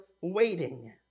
waiting